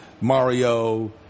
Mario